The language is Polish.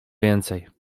więcej